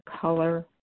color